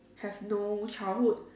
have no childhood